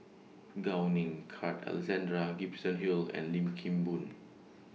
Gao Ning Carl Alexander Gibson Hill and Lim Kim Boon